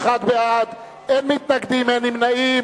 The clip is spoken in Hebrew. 71 בעד, אין מתנגדים, אין נמנעים.